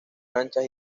anchas